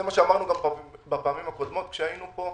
זה מה שאמרנו גם בפעמים הקודמות כשהיינו פה.